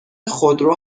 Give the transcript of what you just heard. خودرو